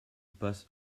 passe